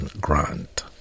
Grant